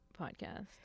podcast